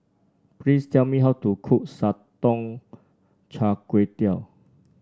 please tell me how to cook Sotong Char Kway